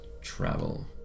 travel